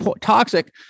toxic